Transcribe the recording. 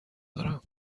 دارم